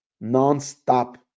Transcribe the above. non-stop